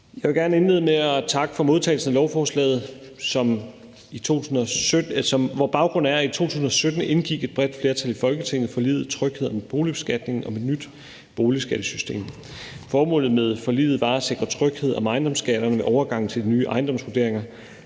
Jeg vil gerne indlede med at takke for modtagelsen af lovforslaget, hvor baggrunden er, at et bredt flertal i Folketinget i 2017 indgik forliget »Tryghed om boligbeskatningen« om et nyt boligskattesystem. Formålet med forliget var at sikre tryghed om ejendomsskatterne ved overgangen til de nye ejendomsvurderinger